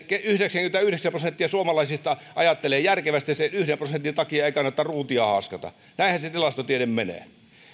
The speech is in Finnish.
yhdeksänkymmentäyhdeksän prosenttia suomalaisista ajattelee järkevästi ja sen yhden prosentin takia ei kannata ruutia haaskata näinhän se tilastotiede menee